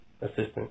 assistant